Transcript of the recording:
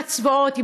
כל הצבאות,